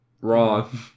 Wrong